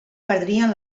perdrien